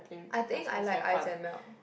I think I like ice and melt